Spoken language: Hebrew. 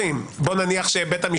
גם אם הייתי מניח את זה,